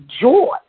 joy